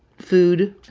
food.